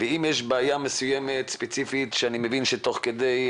ואם יש בעיה ספציפית שאני מבין שתוך כדי,